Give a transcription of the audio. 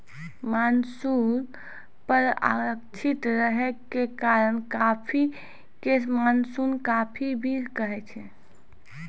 monsoon पर आश्रित रहै के कारण कॉफी कॅ मानसूनी कॉफी भी कहै छै